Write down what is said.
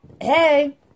Hey